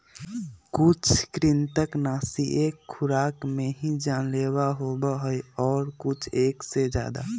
कुछ कृन्तकनाशी एक खुराक में ही जानलेवा होबा हई और कुछ एक से ज्यादा